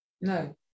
No